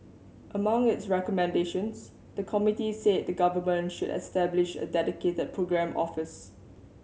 among its recommendations the committee said the Government should establish a dedicated programme office